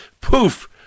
poof